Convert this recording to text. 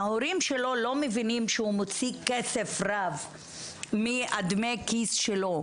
ההורים שלו לא מבינים שהוא מוציא כסף רב מדמי הכיס שלו,